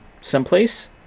someplace